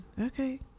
okay